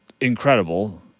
incredible